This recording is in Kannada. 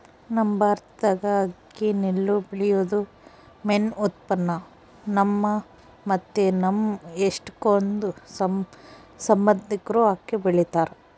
ನಮ್ ಭಾರತ್ದಾಗ ಅಕ್ಕಿ ನೆಲ್ಲು ಬೆಳ್ಯೇದು ಮೇನ್ ಉತ್ಪನ್ನ, ನಮ್ಮ ಮತ್ತೆ ನಮ್ ಎಷ್ಟಕೊಂದ್ ಸಂಬಂದಿಕ್ರು ಅಕ್ಕಿ ಬೆಳಿತಾರ